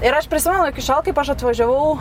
ir aš prisimenu iki šiol kaip aš atvažiavau